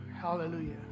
Hallelujah